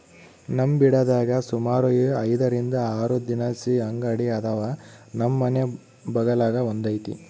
ನಮ್ ಬಿಡದ್ಯಾಗ ಸುಮಾರು ಐದರಿಂದ ಆರು ದಿನಸಿ ಅಂಗಡಿ ಅದಾವ, ನಮ್ ಮನೆ ಬಗಲಾಗ ಒಂದೈತೆ